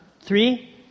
three